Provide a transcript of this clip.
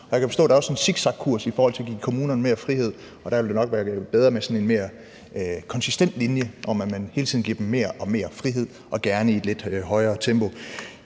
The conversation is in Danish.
at der også er en zigzagkurs i forhold til at give kommunerne mere frihed, og der ville det nok være bedre med sådan en mere konsistent linje, hvor man hele tiden giver dem mere og mere frihed og gerne i et lidt højere tempo.